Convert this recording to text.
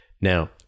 Now